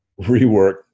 rework